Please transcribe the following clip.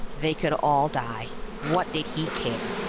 they could all die. what did he care?